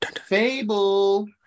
Fable